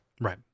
Right